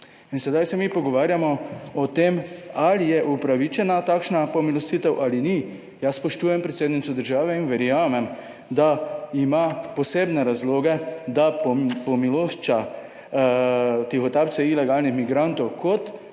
(SC) – 15.25** (nadaljevanje) upravičena takšna pomilostitev ali ni. Jaz spoštujem predsednico države in verjamem, da ima posebne razloge, da pomilošča tihotapce ilegalnih migrantov. Kot